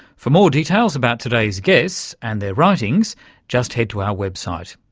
for more details about today's guests and their writings just head to our website.